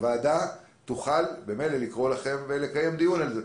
הוועדה תוכל לקרוא לכם ולקיים דיון על זה.